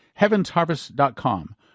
HeavensHarvest.com